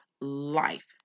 life